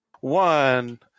One